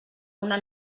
una